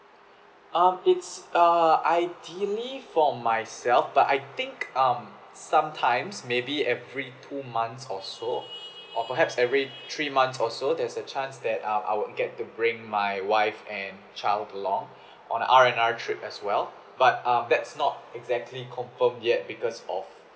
um it's err ideally for myself but I think um sometimes maybe every two months or so or perhaps every three months or so there's a chance that uh I will get to bring my wife and child along on R&R trip as well but um that's not exactly confirmed yet because of